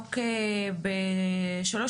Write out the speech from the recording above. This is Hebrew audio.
נעסוק בשלוש